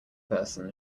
person